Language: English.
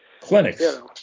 clinics